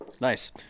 Nice